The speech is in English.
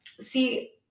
See